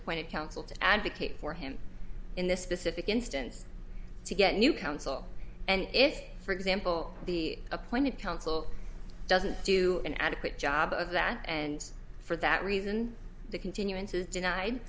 appointed counsel to advocate for him in this specific instance to get new counsel and if for example the appointed counsel doesn't do an adequate job of that and for that reason the continuances den